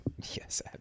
Yes